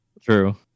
True